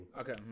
Okay